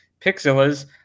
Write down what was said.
Pixillas